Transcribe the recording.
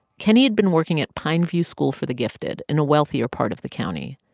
kenney had been working at pine view school for the gifted in a wealthier part of the county.